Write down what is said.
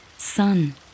Sun